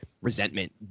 resentment